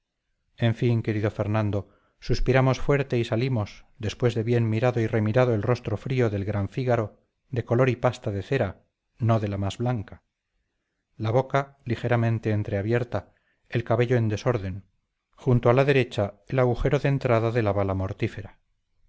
en fin querido fernando suspiramos fuerte y salimos después de bien mirado y remirado el rostro frío del gran fígaro de color y pasta de cera no de la más blanca la boca ligeramente entreabierta el cabello en desorden junto a la derecha el agujero de entrada de la bala mortífera